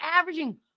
averaging